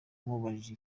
umubajije